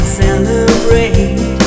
celebrate